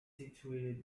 situated